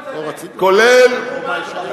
שלושה מנדטים, כולל, בגלל האומץ הזה.